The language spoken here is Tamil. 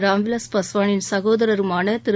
ராம்விலாஸ் பஸ்வானின் சகோதரருமான திரு